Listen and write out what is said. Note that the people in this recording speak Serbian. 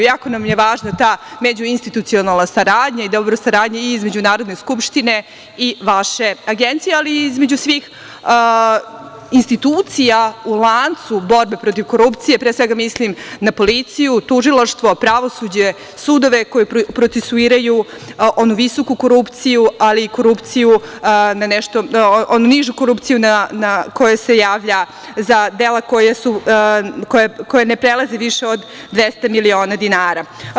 Jako nam je važna ta međuinstitucionalna saradnja i dobra saradnja između Narodne skupštine i vaše Agencije, ali i između svih institucija u lancu borbe protiv korupcije, pre svega mislim na policiju, tužilaštvo, pravosuđe, sudove koji procesuiraju onu visoku korupciju, ali i na nižu korupciju koja se javlja za dela koja ne prelaze više od 200 miliona dinara.